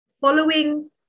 following